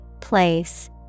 Place